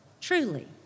Truly